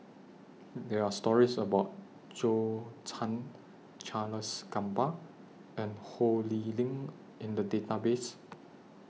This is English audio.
There Are stories about Zhou Can Charles Gamba and Ho Lee Ling in The Database